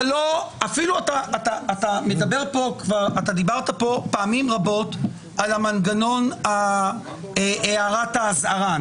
אתה דיברת כאן פעמים רבות על הערת האזהרה.